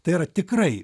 tai yra tikrai